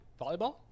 Volleyball